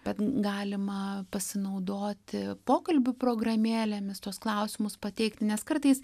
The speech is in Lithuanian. bet galima pasinaudoti pokalbių programėlėmis tuos klausimus pateikti nes kartais